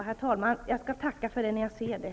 Herr talman! Jag skall tacka för det när jag ser det.